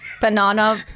Banana